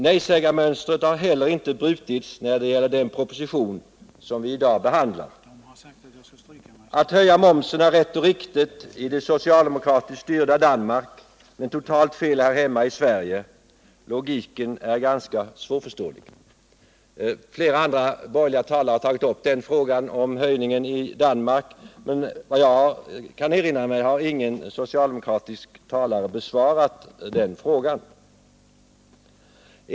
Nejsägarmönstret har heller inte brutits när det gäller den proposition som vi i dag behandlar. Att höja momsen är rätt och riktigt i det socialdemokratiskt styrda Danmark men totalt fel här hemma i Sverige. Logiken är ganska svårförståelig. Flera andra borgerliga talare har tagit upp frågan om höjningen i Danmark, men såvitt jag kan erinra mig har ingen socialdemokratisk talare besvarat den frågan.